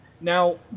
Now